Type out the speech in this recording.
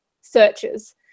searches